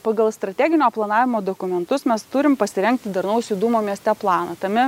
pagal strateginio planavimo dokumentus mes turim pasirengti darnaus judumo mieste planą tame